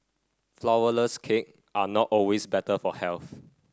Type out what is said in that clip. flourless cakes are not always better for health